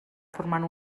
formant